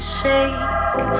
shake